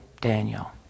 Daniel